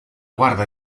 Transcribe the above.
guarda